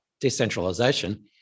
decentralization